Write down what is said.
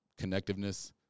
connectiveness